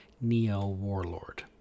neo-warlord